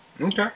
Okay